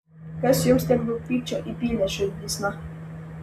kas jums tiek daug pykčio įpylė širdysna